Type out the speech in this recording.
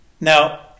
Now